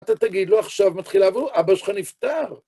אתה תגיד לו, עכשיו מתחיל לעבוד, אבא שלך נפטר.